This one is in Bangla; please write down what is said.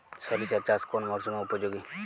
সরিষা চাষ কোন মরশুমে উপযোগী?